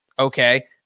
Okay